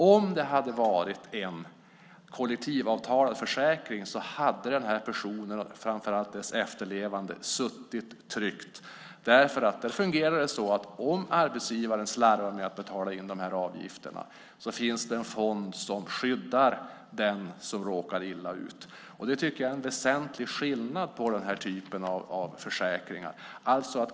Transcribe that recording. Om det hade varit en kollektivavtalad försäkring hade den här personen, och framför allt hans efterlevande, suttit trygg. Där fungerar det så att om arbetsgivaren slarvar med att betala in avgifterna finns det en fond som skyddar den som annars skulle råka illa ut. Det tycker jag är en väsentlig skillnad mellan dessa försäkringar.